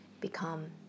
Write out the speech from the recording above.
become